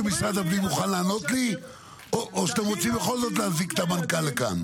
אני יכול להגיד לכם שגם מבחינת המהלכים האחרונים של המלחמה בתקופה הזו,